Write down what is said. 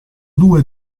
due